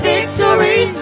Victory